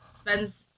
spends